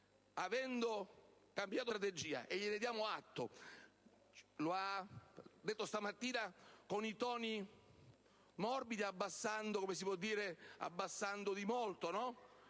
Avete cambiato strategia, e ve ne diamo atto. Lo ha detto stamattina in toni morbidi, abbassando di molto il